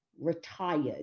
retired